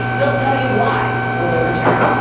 he will tell you why, when we return.